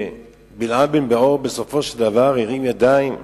ובלעם בן בעור בסופו של דבר הרים ידיים,